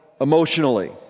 emotionally